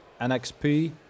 NXP